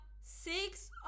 six